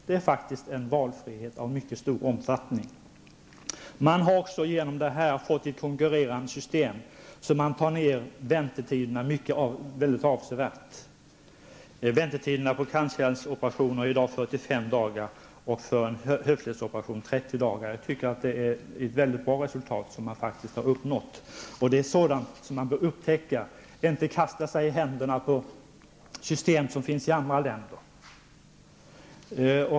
Det är faktiskt en valfrihet av mycket stor omfattning. Man har också på detta sätt fått ett konkurrerande system, och väntetiderna har därmed kortats avsevärt. Väntetiden för en kranskärlsoperation är i dag 45 dagar och för en höftledsoperation 30 dagar. Jag tycker att man faktiskt har uppnått ett mycket bra resultat. Detta är sådant som man bör upptäcka i stället för att kasta sig i händerna på system som finns i andra länder.